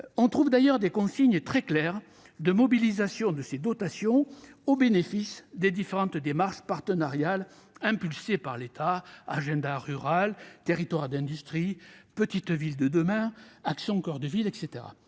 on trouve d'ailleurs des consignes très claires de mobilisation de ces dotations au bénéfice des différentes démarches partenariales impulsées par l'État- agenda rural, Territoires d'industrie, Petites Villes de demain, Action coeur de ville -,